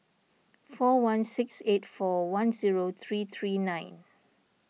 four one six eight four one zero three three nine